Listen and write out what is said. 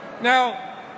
Now